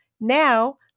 Now